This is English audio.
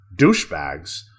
douchebags